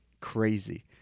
crazy